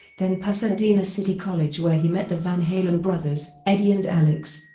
then pasadena city college where he met the van halen brothers, eddie and alex.